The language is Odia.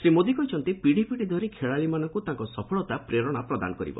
ଶ୍ରୀ ମୋଦୀ କହିଛନ୍ତି ପିଢ଼ିପିଡ଼ି ଧରି ଖେଳାଳିମାନଙ୍କୁ ତାଙ୍କର ସଫଳତା ପ୍ରେରଣା ପ୍ରଦାନ କରିବ